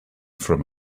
from